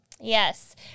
yes